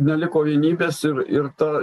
neliko vienybės ir ir ta